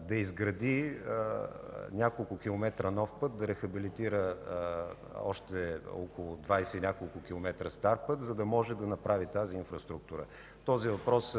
да изгради няколко километра нов път, да рехабилитира още около двадесет и няколко километра стар път, за да може да направи тази инфраструктура. Знаете, че този въпрос